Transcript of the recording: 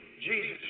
Jesus